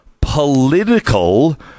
political